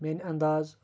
میٛانہِ اَنداز